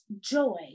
joy